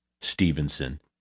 Stevenson